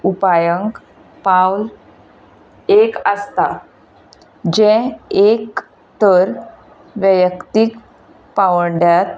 उपायांक पावल एक आसता जें एक तर व्यक्तीक पांवड्यात